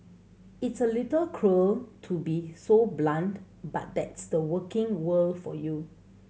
it's a little cruel to be so blunt but that's the working world for you